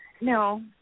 No